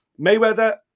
Mayweather